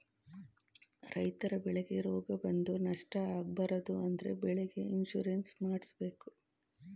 ರೈತರ ಬೆಳೆಗೆ ರೋಗ ಬಂದು ನಷ್ಟ ಆಗಬಾರದು ಅಂದ್ರೆ ಬೆಳೆಗೆ ಇನ್ಸೂರೆನ್ಸ್ ಮಾಡ್ದಸ್ಸಬೇಕು